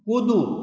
कूदू